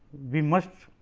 we must